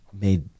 made